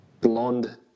blonde